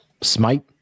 Smite